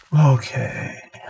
Okay